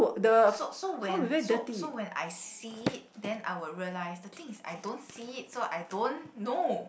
so so when so so when I see it then I will realise the thing is I don't see it so I don't know